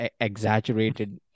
exaggerated